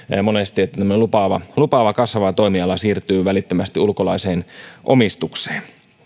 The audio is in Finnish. monesti että tämmöinen lupaava kasvava toimiala siirtyy välittömästi ulkolaiseen omistukseen